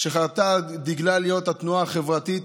שחרתה על דגלה להיות התנועה החברתית,